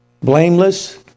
Blameless